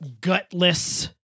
gutless